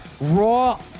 Raw